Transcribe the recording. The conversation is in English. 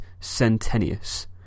Centenius